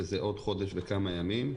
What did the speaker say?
שזה עוד חודש וכמה ימים,